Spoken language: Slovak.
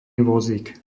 vozík